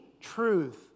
truth